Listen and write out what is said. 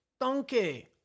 Donkey